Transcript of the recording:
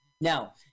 Now